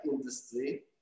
industry